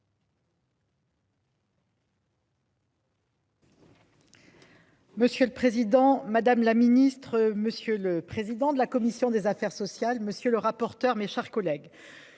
Monsieur le président, madame la ministre, monsieur le président de la commission des affaires sociales. Monsieur le rapporteur. Mes chars collègue